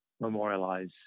memorialize